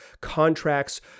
contracts